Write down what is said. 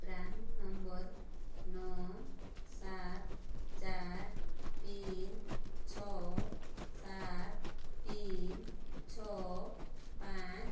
PRAN number ନଅ ସାତ ଚାରି ତିନି ଛଅ ସାତ ତିନି ଛଅ ପାଞ୍ଚ